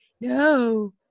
no